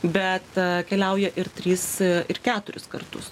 bet keliauja ir tris ir keturis kartus